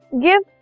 Give